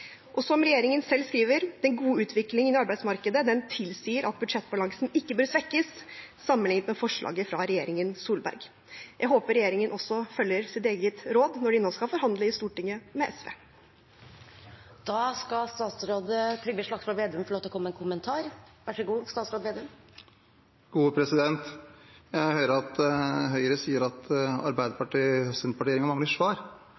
Som regjeringen selv skriver: Den gode utviklingen i arbeidsmarkedet tilsier at budsjettbalansen ikke bør svekkes sammenlignet med forslaget fra regjeringen Solberg. Jeg håper regjeringen følger sitt eget råd når den nå skal forhandle i Stortinget med